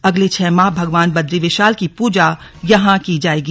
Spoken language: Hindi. अगले छह माह भगवान बद्री विशाल की पूजा यहां की जाएगी